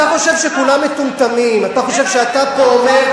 הם היו,